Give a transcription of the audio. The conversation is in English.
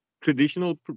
traditional